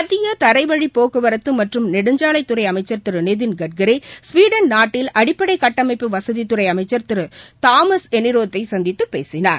மத்திய தரைவழிப்போக்குவரத்து மற்றும் நெடுஞ்சாலைத்துறை அளமச்சர் திரு நிதின் கட்கரி ஸ்வீடன் நாட்டில் அடிப்படை கட்டமமைப்பு வசதித்துறை அமைச்சர் திரு தாமஸ் எனிரோத்தை சந்தித்து பேசினார்